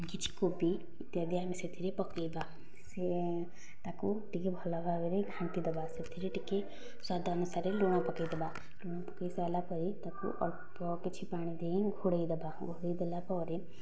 କିଛି କୋବି ଇତ୍ୟାଦି ଆମେ ସେଥିରେ ପକାଇବା ସେ ତାକୁ ଟିକେ ଭଲ ଭାବରେ ଘାଣ୍ଟି ଦେବା ସେଥିରେ ଟିକେ ସ୍ୱାଦ ଅନୁସାରେ ଲୁଣ ପକାଇଦେବା ଲୁଣ ପକାଇ ସାରିଲା ପରେ ତାକୁ ଅଳ୍ପ କିଛି ପାଣି ଦେଇ ଘୋଡ଼େଇଦେବା ଘୋଡ଼େଇ ଦେଲା ପରେ